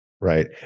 right